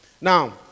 Now